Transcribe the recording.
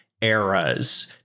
eras